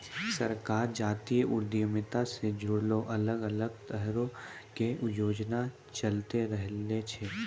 सरकार जातीय उद्यमिता से जुड़लो अलग अलग तरहो के योजना चलैंते रहै छै